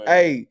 Hey